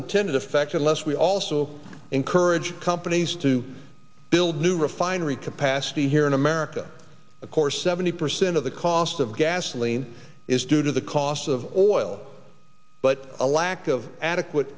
intended effect unless we also encourage companies to build new refinery capacity here in america of course seventy percent of the cost of gasoline is due to the cost of oil but a lack of adequate